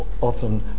often